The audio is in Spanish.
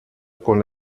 con